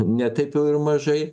ne taip jau ir mažai